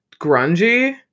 grungy